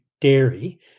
dairy